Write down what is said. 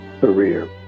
career